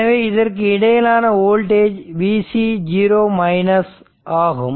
எனவே இதற்கு இடையிலான வோல்டேஜ் Vc ஆகும்